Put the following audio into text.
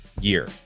Year